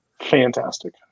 fantastic